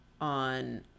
on